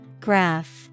Graph